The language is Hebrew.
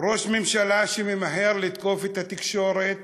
ראש ממשלה שממהר לתקוף את התקשורת